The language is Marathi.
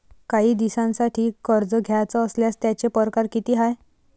कायी दिसांसाठी कर्ज घ्याचं असल्यास त्यायचे परकार किती हाय?